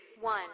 one